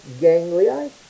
ganglia